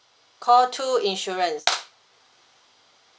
call two insurance